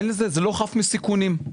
זה לא חף מסיכונים.